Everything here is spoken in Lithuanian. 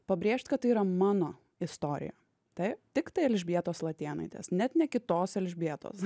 pabrėžt kad tai yra mano istorija taip tiktai elžbietos latėnaitės net ne kitos elžbietos